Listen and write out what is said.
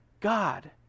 God